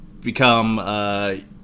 become –